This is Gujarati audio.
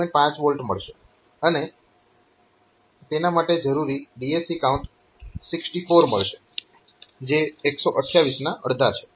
5 V મળશે અને તેના માટે જરૂરી DAC કાઉન્ટ 64 મળશે જે 128 ના અડધા છે